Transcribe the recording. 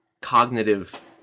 cognitive